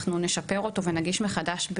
אנחנו נשפר אותו ונגיש מחדש,